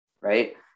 right